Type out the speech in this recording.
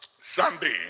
Sunday